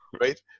right